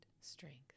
strength